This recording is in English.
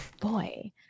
Boy